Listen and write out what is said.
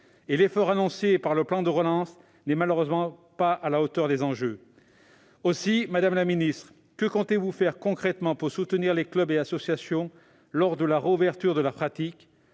Or l'effort annoncé par le plan de relance n'est pas à la hauteur. Aussi, madame la ministre, que comptez-vous faire concrètement pour soutenir les clubs et associations lors de la reprise de la pratique ?